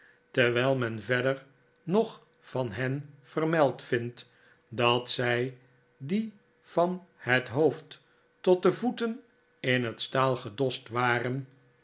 terwijl men verder nog van hen vermeld vindt dat zij die van net hoofd tot de voeten in net staal gedost waren